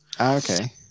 Okay